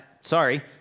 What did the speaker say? sorry